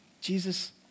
Jesus